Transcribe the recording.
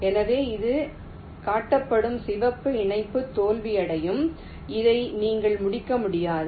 எனவே இது காட்டப்படும் சிவப்பு இணைப்பு தோல்வியடையும் இதை நீங்கள் முடிக்க முடியாது